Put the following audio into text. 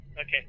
okay